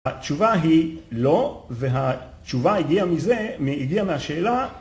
התשובה היא לא, והתשובה הגיעה מזה, הגיעה מהשאלה